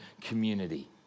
community